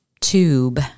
tube